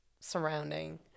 surrounding